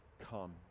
come